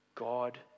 God